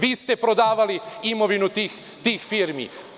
Vi ste prodavali imovinu tih firmi.